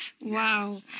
Wow